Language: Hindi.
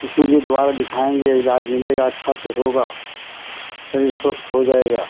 इसीलिए दोबारा दिखाएँगे इलाज मिलेगा अच्छा से होगा शरीर स्वस्थ हो जाएगा